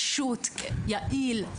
פשוט, יעיל,